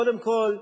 קודם כול,